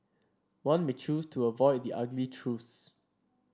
one may choose to avoid the ugly truths